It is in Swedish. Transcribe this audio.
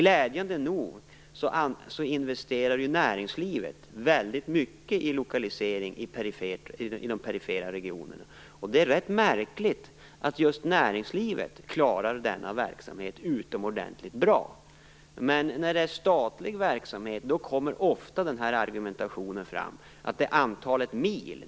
Glädjande nog investerar näringslivet väldigt mycket i de perifera regionerna. Det är rätt märkligt att just näringslivet klarar denna verksamhet utomordentligt bra. Men när det är fråga om statlig verksamhet framförs ofta argumentationen att det är antalet mil som skall vara avgörande.